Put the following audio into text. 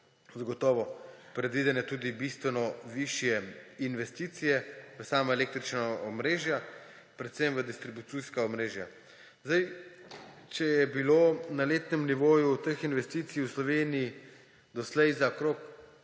zagotovo predvidene tudi bistveno višje investicije v sama električna omrežja, predvsem v distribucijska omrežja. Zdaj, če je bilo na letnem nivoju teh investicij v Sloveniji doslej za okrog